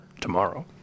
tomorrow